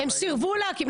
הם סירבו להקים.